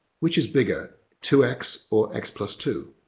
which is bigger two x or x plus two?